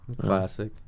Classic